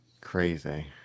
crazy